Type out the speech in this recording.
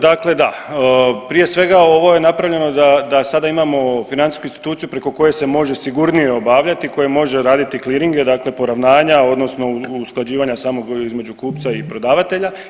Dakle, prije svega ovo je napravljeno da sada imamo financijsku instituciju preko koje se može sigurnije obavljati, koje može raditi clearinge, dakle poravnanja odnosno usklađivanja samo između kupca i prodavatelja.